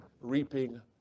reaping